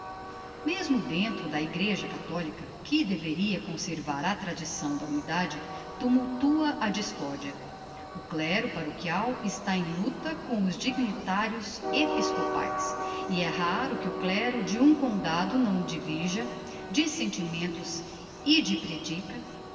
mesmo dentro da egreja catholica que deveria conservar a tradicção da unidade tumultua a discordia o clero parochial está em lucta com os dignitarios episcopaes e é raro que o clero de um condado não divirja de sentimentos e de predica